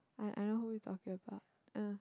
I I don't know who you're talking about uh